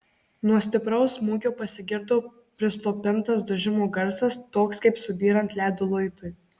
nuo stipraus smūgio pasigirdo prislopintas dužimo garsas toks kaip subyrant ledo luitui